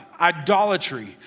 idolatry